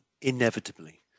inevitably